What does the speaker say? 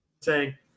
say